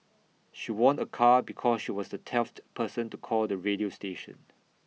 she won A car because she was the twelfth person to call the radio station